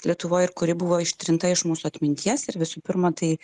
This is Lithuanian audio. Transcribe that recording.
lietuvoj ir kuri buvo ištrinta iš mūsų atminties ir visų pirma tai